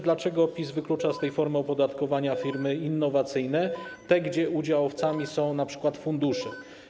Dlaczego PiS wyklucza z tej formy opodatkowania firmy innowacyjne, gdzie udziałowcami są np. fundusze?